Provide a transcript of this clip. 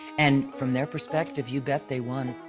and from their perspective, you bet they won.